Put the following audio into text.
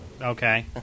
Okay